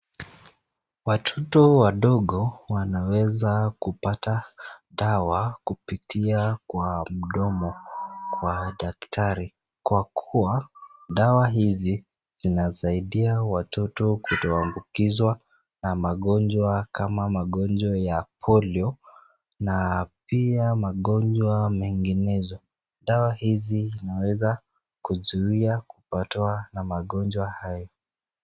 Watoto wadogo wanaweza kupata dawa kupitia kwa mdomo kwa daktari kwa kuwa dawa hizi zinasaidia watoto kutoambukizwa na magonjwa kama magonjwa ya polio na pia magonjwa menginezo . Dawa hizi zinaweza kuzuia kupatwa na magonjwa hayo .